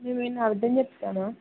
మేమేం అవద్దం చెప్తామా